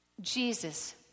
Jesus